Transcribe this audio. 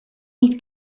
niet